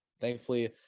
thankfully